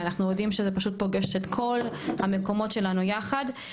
ואנחנו יודעים שזה פשוט פוגש את כל המקומות שלנו יחד.